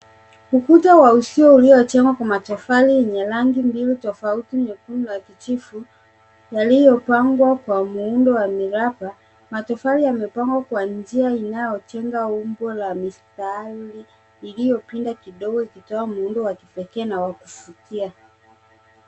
Ukuta wa uzio uliojengwa kwa matofali wenye rangi mbili tofauti, nyekundu na kijivu, yaliyopangwa kwa muundo wa miraba. Matofali yamepangwa kwa njia inayojenga umbo la mistari iliyopinda kidogo ikitoa muundo wa kipekee na wa kuvutia.